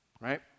right